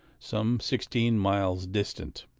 some sixteen miles distant.